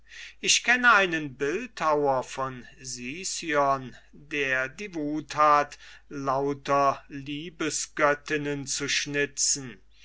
ich kenne einen bildhauer von sicyon der die wut hat lauter liebesgöttinnen zu schnitzen